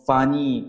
Funny